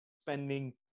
spending